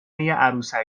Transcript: رفتم